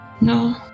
No